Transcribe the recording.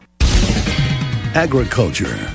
Agriculture